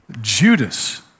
Judas